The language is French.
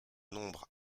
nombre